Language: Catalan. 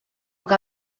que